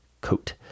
coat